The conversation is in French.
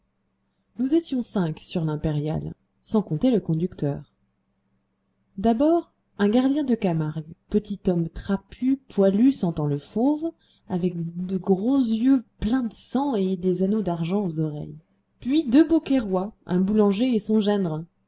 nous étions cinq sur l'impériale sans compter le conducteur d'abord un gardien de camargue petit homme trapu poilu sentant le fauve avec de gros yeux pleins de sang et des anneaux d'argent aux oreilles puis deux beaucairois un boulanger et son gindre